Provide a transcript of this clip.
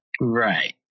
right